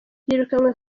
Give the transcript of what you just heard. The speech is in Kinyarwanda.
yirukanywe